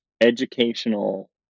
educational